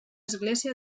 església